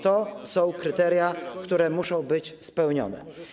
To są kryteria, które muszą być spełnione.